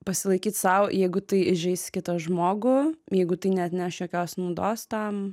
pasilaikyt sau jeigu tai įžeis kitą žmogų jeigu tai neatneš jokios naudos tam